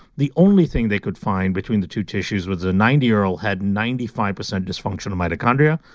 the only thing they could find between the two tissues was the ninety year old had ninety five percent dysfunctional mitochondria.